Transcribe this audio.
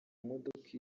modoka